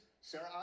Sarah